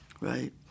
Right